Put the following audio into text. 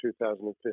2015